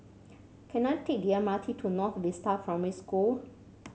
can I take the M R T to North Vista Primary School